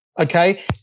Okay